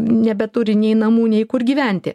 nebeturi nei namų nei kur gyventi